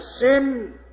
sin